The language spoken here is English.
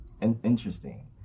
Interesting